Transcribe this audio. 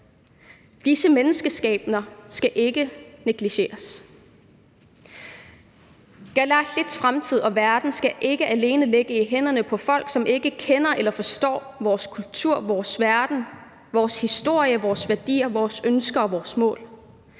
Disse menneskeskæbner skal ikke negligeres. Kalaallits fremtid og verden skal ikke alene ligge i hænderne på folk, som ikke kender eller forstår vores kultur, vores verden, vores historie, vores værdier, vores ønsker og vores mål.